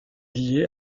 lié